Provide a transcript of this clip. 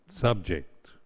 subject